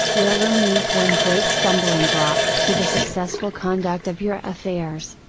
will remove one great stumbling block to the successful conduct of your affairs.